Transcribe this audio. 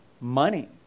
money